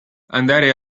andare